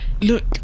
Look